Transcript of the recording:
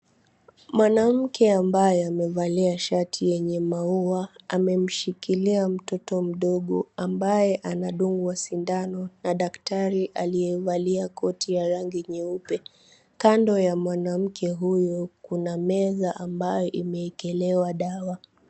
Mwanamke ambaye amevalia shati yenye maua amemshikilia mtoto mdogo ambae anadungwa sindano na daktari aliyevalia koti ya rangi nyeupe kando ya mwanamke huyo kuna meza ambayo imeekelewa dawa.